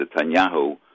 Netanyahu